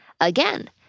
Again